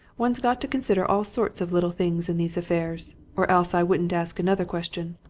one's got to consider all sorts of little things in these affairs, or else i wouldn't ask another question.